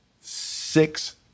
six